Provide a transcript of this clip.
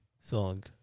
song